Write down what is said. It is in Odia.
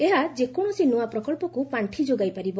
ଏହା ଯେକୌଣସି ନୂଆ ପ୍ରକଳ୍ପକୁ ପାର୍ଷି ଯୋଗାଇପାରିବ